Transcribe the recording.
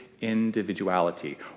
individuality